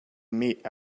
meat